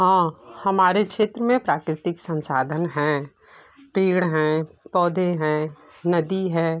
हाँ हमारे क्षेत्र में प्राकृतिक संसाधन हैं पेड़ हैं पौधे हैं नदी है